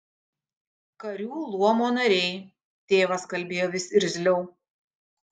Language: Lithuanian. karių luomo nariai tėvas kalbėjo vis irzliau